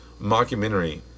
mockumentary